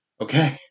okay